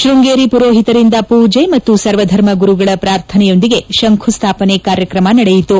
ತೃಂಗೇರಿ ಮರೋಹಿತರಿಂದ ಪೂಜಿ ಮತ್ತು ಸರ್ವಧರ್ಮ ಗುರುಗಳ ಪ್ರಾರ್ಥನೆಯೊಂದಿಗೆ ತಂಕುಸ್ವಾಪನೆ ಕಾರ್ಯಕ್ರಮ ನಡೆಯಿತು